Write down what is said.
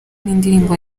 n’indirimbo